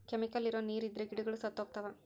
chemical ಇರೋ ನೀರ್ ಇದ್ರೆ ಗಿಡಗಳು ಸತ್ತೋಗ್ತವ